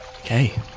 Okay